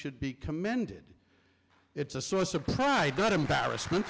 should be commended it's a source of pride good embarrassment